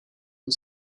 and